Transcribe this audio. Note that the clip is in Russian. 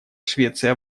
швеция